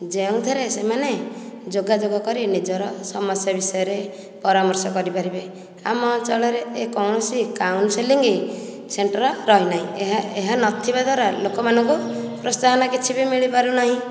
ଯେଉଁଥିରେ ସେମାନେ ଯୋଗାଯୋଗ କରି ନିଜର ସମସ୍ୟା ବିଷୟରେ ପରାମର୍ଶ କରିପାରିବେ ଆମ ଅଞ୍ଚଳରେ ଏ କୌଣସି କାଉନ୍ସିଲିଂ ସେଣ୍ଟର୍ ରହିନାହିଁ ଏହା ଏହା ନଥିବା ଦ୍ଵାରା ଲୋକମାନଙ୍କୁ ପ୍ରୋତ୍ସାହନ କିଛି ବି ମିଳିପାରୁ ନାହିଁ